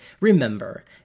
remember